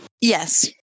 Yes